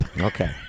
Okay